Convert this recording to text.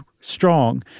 strong